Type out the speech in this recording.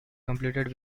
completed